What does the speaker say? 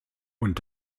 und